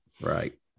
Right